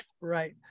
Right